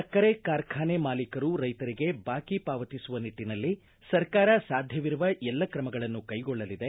ಸಕ್ಕರೆ ಕಾರ್ಖಾನೆ ಮಾಲೀಕರು ರೈತರಿಗೆ ಬಾಕಿ ಪಾವತಿಸುವ ನಿಟ್ಟಿನಲ್ಲಿ ಸರ್ಕಾರ ಸಾಧ್ಯವಿರುವ ಎಲ್ಲ ಕ್ರಮಗಳನ್ನು ಕೈಗೊಳ್ಳಲಿದೆ